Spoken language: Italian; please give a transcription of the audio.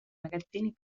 magazzini